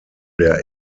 der